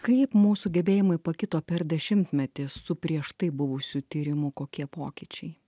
kaip mūsų gebėjimai pakito per dešimtmetį su prieš tai buvusiu tyrimu kokie pokyčiai